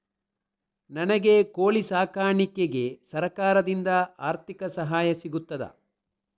ನನಗೆ ಕೋಳಿ ಸಾಕಾಣಿಕೆಗೆ ಸರಕಾರದಿಂದ ಆರ್ಥಿಕ ಸಹಾಯ ಸಿಗುತ್ತದಾ?